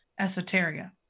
esoteria